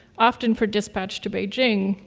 often for dispatch to beijing,